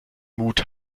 mut